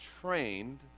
trained